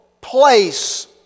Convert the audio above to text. place